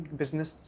business